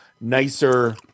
nicer